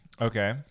Okay